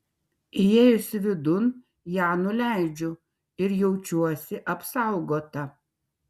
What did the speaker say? įėjusi vidun ją nuleidžiu ir jaučiuosi apsaugota